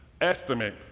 estimate